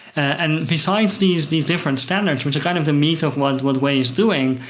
and besides these these different standards, which are kind of the meat of what what wai is doing,